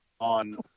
on